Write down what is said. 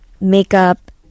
makeup